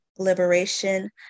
Liberation